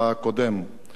הזמנתי אותו הביתה,